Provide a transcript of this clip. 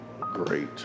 great